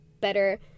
better